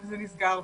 וזה נסגר,